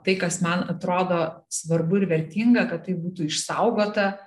tai kas man atrodo svarbu vertinga kad tai būtų išsaugota